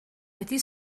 wedi